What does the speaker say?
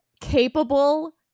capable